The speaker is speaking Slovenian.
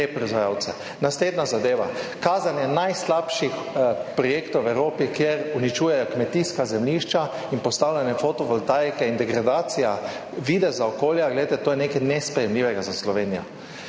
Naslednja zadeva. Kazanje najslabših projektov v Evropi, kjer uničujejo kmetijska zemljišča, in postavljanje fotovoltaike in degradacija videza okolja, glejte, to je nekaj nesprejemljivega za Slovenijo.